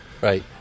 Right